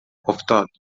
افتاد